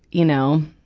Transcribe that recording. you know,